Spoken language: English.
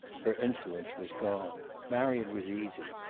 her insolence was gone. marion was easy.